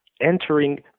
entering